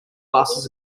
passes